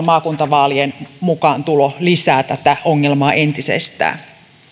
maakuntavaalien mukaantulo lisää tätä ongelmaa entisestään